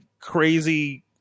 crazy